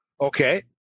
Okay